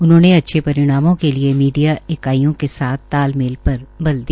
उन्होंने अच्दे परिणामों के लिये मीडिया इकाइयों के साथ तालमेल पर बल दिया